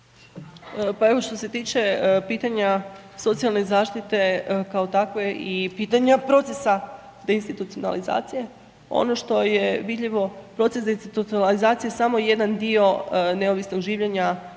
Pa evo što se tiče pitanja socijalne zaštite kao takve i pitanja procesa deinstitucionalizacije, ono što je vidljivo, proces deinstitucionalizacije je samo jedan dio neovisnog življenja